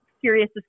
curious